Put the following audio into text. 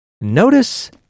Notice